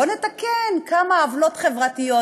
בוא נתקן כמה עוולות חברתיות.